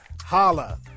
Holla